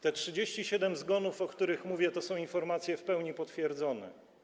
Te 37 zgonów, o których mówię, to są informacje w pełni potwierdzone.